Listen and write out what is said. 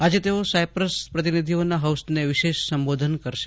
આજે તેઓ સાયપ્રસ પ્રતિનિધિઓના હાઉસને વિશેષ સંબોધન કરશે